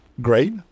Great